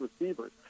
receivers